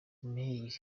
mail